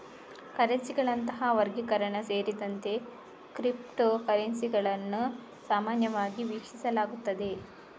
ಕರೆನ್ಸಿಗಳಂತಹ ವರ್ಗೀಕರಣ ಸೇರಿದಂತೆ ಕ್ರಿಪ್ಟೋ ಕರೆನ್ಸಿಗಳನ್ನು ಸಾಮಾನ್ಯವಾಗಿ ವೀಕ್ಷಿಸಲಾಗುತ್ತದೆ